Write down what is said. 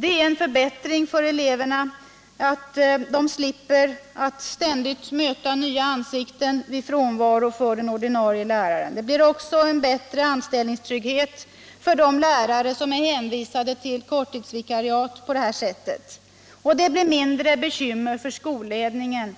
Det är en förbättring att eleverna slipper att ständigt möta nya ansikten vid den ordinarie lärarens frånvaro. Det ger också bättre anställningstrygghet för de lärare som är hänvisade till korttidsvikariat på detta sätt, och det blir mindre bekymmer för skolledningen